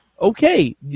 Okay